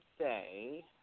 say